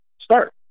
start